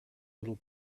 little